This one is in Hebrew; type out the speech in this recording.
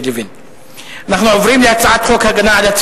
אין מתנגדים ואין נמנעים.